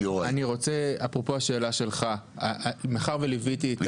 מאחר וליוויתי את